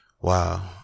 Wow